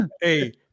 hey